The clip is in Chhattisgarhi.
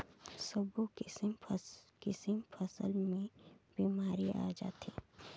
सब्बो किसम फसल मे बेमारी आ जाथे